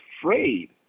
afraid